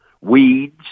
weeds